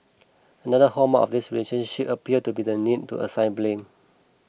another hallmark of their relationship appeared to be the need to assign blame